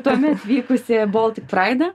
tuomet vykusioje baltic pride